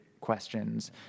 questions